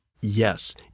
Yes